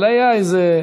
אבל היה איזה,